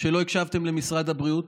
שלא הקשבתם למשרד הבריאות.